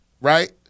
right